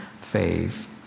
faith